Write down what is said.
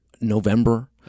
November